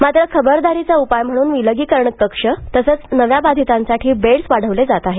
मात्र खबरदारीचा उपाय म्हणून विलगीकरण कक्ष तसेच नव्या बाधितांसाठी बेड्स वाढवले जात आहेत